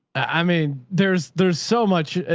i mean, there's, there's so much,